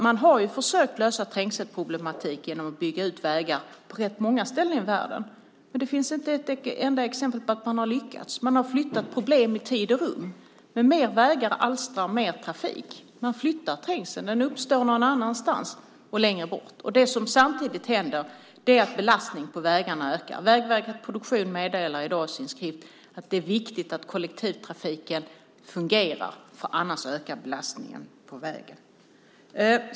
Man har ju försökt lösa trängselproblematik genom att bygga ut vägar på rätt många ställen i världen, men det finns inte ett enda exempel på att man har lyckats. Man har flyttat problem i tid och rum, men mer vägar alstrar mer trafik. Man flyttar trängseln. Den uppstår någon annanstans och längre bort, och det som samtidigt händer är att belastningen på vägarna ökar. Vägverket Produktion meddelar i dag i sin skrift att det är viktigt att kollektivtrafiken fungerar. Annars ökar belastningen på vägen.